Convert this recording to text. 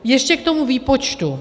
Ještě k tomu výpočtu.